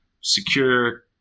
secure